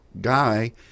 guy